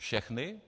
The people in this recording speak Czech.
Všechny?